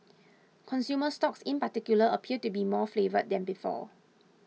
consumer stocks in particular appear to be more favoured than before